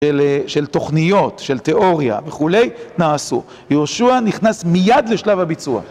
של תוכניות, של תיאוריה וכולי, נעשו. יהושע נכנס מיד לשלב הביצוע.